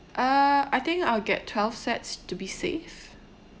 uh I think I'll get twelve sets to be safe